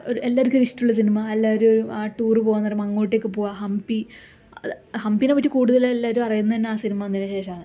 ഒരു എല്ലാവര്ക്കും ഇഷ്ടമുള്ള സിനിമ എല്ലാവരു ആ ടൂറ് പോകാന്ന് പറയുമ്പം അങ്ങോട്ടേക്ക് പോവുക ഹംപി അത് ഹംപിനേ പറ്റി കൂടുതല് എല്ലാവരും അറിയുന്നത് തന്നെ ആ സിനിമ വന്നതിനു ശേഷമാണ്